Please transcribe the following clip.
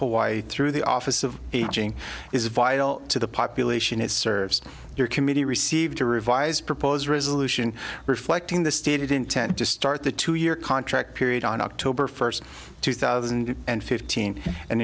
hawaii through the office of aging is vital to the population it serves your committee received a revised proposed resolution reflecting the stated intent to start the two year contract period on october first two thousand and fifteen and